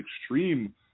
extreme